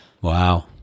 Wow